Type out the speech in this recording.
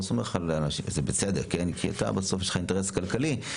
זה בסדר, כי בסוף יש ליבואן אינטרס כלכלי.